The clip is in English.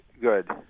good